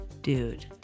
Dude